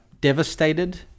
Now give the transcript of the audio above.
devastated